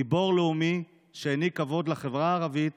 גיבור לאומי, שהעניק כבוד לחברה הערבית